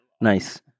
Nice